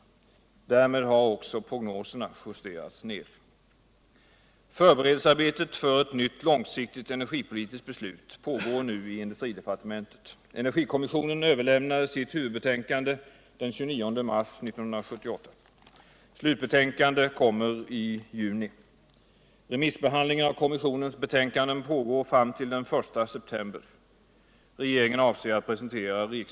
Därmed har också prognoserna justerats ner.